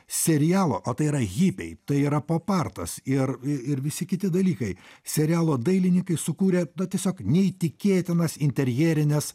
serialo o tai yra hipiai tai yra popartas ir ir visi kiti dalykai serialo dailininkai sukūrė na tiesiog neįtikėtinas interjerines